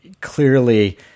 clearly